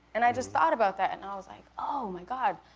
and i just thought about that and like oh, my god,